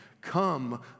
come